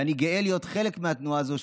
ואני גאה להיות חלק מהתנועה הזאת.